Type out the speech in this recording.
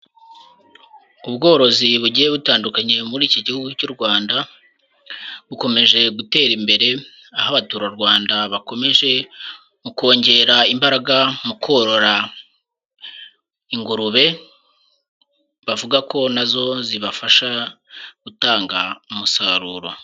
Ubworozi bugiye butandukanye muri iki gihugu cy'u Rwanda bukomeje gutera imbere, aho abaturarwanda bakomeje mu kongera imbaraga mu korora ingurube bavuga ko nazo zibafasha gutanga umusaruro.